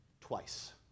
twice